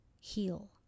heal